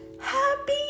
happy